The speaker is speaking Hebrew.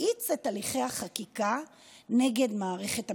נאיץ את הליכי החקיקה נגד מערכת המשפט.